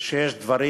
שיש דברים